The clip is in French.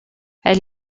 elle